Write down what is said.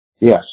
Yes